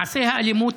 מעשי האלימות,